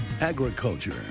agriculture